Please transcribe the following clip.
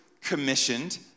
commissioned